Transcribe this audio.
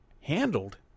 handled